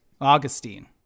Augustine